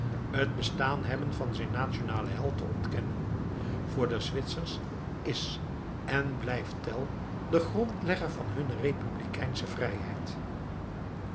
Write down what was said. het bestaan hebben van zijn nationalen held te ontkennen voor de zwitsers is en blijft tell de grondlegger van hunne republikeinsche vrijheid